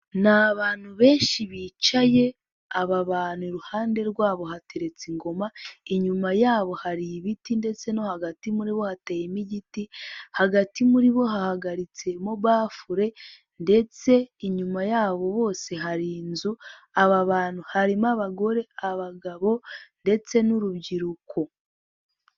Ni abantu benshi bicaye, aba bantu iruhande rwabo hateretse ingoma, inyuma yabo hari ibiti ndetse no hagati muri bo hateyemo igiti, hagati muri bo hahagaritsemo bafule ndetse inyuma yabo bose hari inzu, aba bantu harimo abagore, abagabo, ndetse n'urubyiruko.